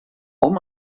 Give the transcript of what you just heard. hom